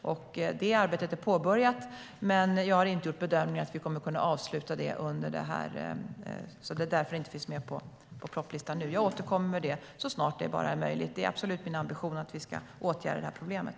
Det arbetet är påbörjat, men jag har inte gjort bedömningen att vi kommer att kunna avsluta det arbetet under det här året. Det är därför propositionen inte finns med på listan. Jag återkommer så snart det är möjligt. Det är absolut min ambition att vi ska åtgärda problemet.